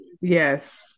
Yes